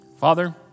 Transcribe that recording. Father